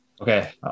Okay